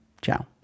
Ciao